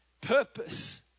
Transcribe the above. purpose